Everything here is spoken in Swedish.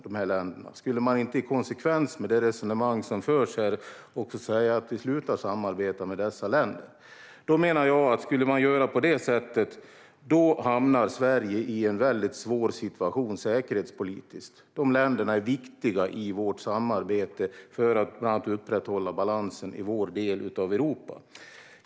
Borde man inte som en konsekvens av det resonemang som förs här säga att vi ska sluta samarbeta med dem? Jag menar att om man skulle göra på det sättet hamnar Sverige i en väldigt svår säkerhetspolitisk situation. Dessa länder är viktiga i vårt samarbete för att bland annat upprätthålla balansen i vår del av Europa.